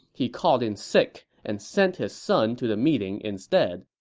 he called in sick and sent his son to the meeting instead